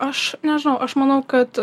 aš nežinau aš manau kad